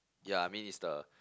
ya I mean is the